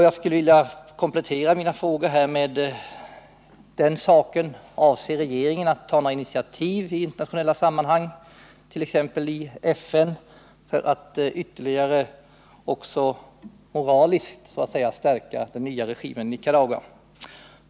Jag skulle därför vilja ställa följande kompletterande fråga: Avser regeringen att ta några initiativ i internationella sammanhang, t.ex. i FN, för att också moraliskt stärka den nya regimen i Nicaragua?